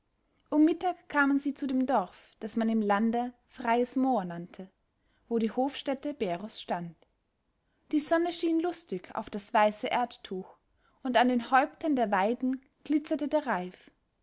um mittag kamen sie zu dem dorf das man im lande freies moor nannte wo die hofstätte beros stand die sonne schien lustig auf das weiße erdtuch und an den häuptern der weiden glitzerte der reif